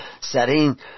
setting